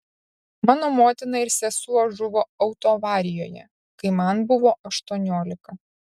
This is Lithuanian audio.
mano motina ir sesuo žuvo autoavarijoje kai man buvo aštuoniolika